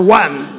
one